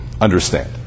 understand